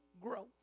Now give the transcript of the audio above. growth